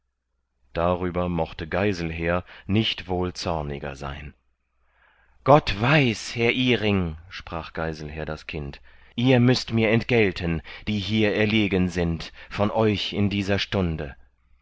darüber mochte geiselher nicht wohl zorniger sein gott weiß herr iring sprach geiselher das kind ihr müßt mir entgelten die hier erlegen sind vor euch in dieser stunde